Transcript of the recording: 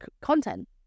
content